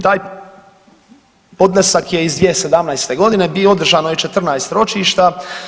Taj podnesak je iz 2017. godine i održano je 14 ročišta.